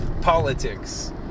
Politics